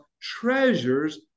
treasures